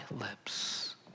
lips